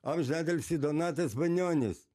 amžinatilsį donatas banionis